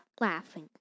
laughing